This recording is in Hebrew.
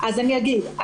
אני אגיד.